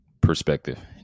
perspective